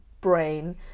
brain